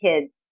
kids